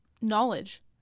knowledge